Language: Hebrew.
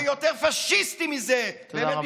ויותר פשיסטי מזה, תודה רבה.